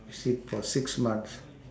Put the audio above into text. visit for six months